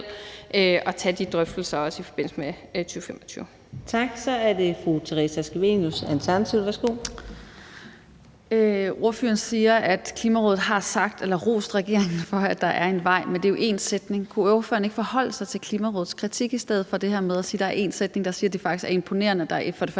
er det fru Theresa Scavenius, Alternativet. Værsgo. Kl. 17:55 Theresa Scavenius (ALT): Ordføreren siger, at Klimarådet har rost regeringen for, at der er en vej, men det er jo én sætning. Kunne ordføreren ikke forholde sig til Klimarådets kritik i stedet for det her med at sige, at der er en sætning, der siger, at det faktisk er imponerende, at der er fundet